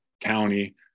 county